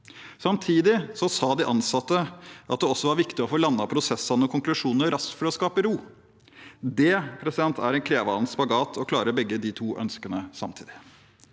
Samtidig sa de ansatte at det også var viktig å få landet prosesser og konklusjoner raskt for å skape ro. Det er en krevende spagat å skulle klare å oppfylle begge de to ønskene samtidig.